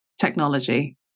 technology